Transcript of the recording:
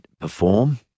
perform